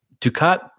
Ducat